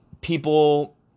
people